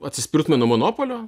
atsispirtumėm nuo monopolio